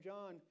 John